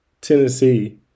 Tennessee